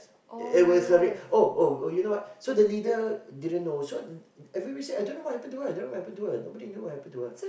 uh with her rape oh oh oh you know what so the leader didn't know so everybody said I don't know what happen to her I don't what happen to her nobody knew what happen to her